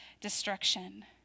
destruction